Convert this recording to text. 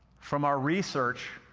from our research,